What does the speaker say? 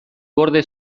gorde